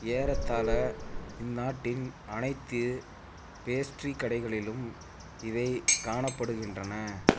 ஏறத்தாழ இந்நாட்டின் அனைத்து பேஸ்ட்ரி கடைகளிலும் இவைக் காணப்படுகின்றன